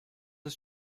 his